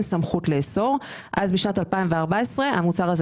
סמכות לאסור את הכניסה של המוצרים האלה,